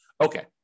Okay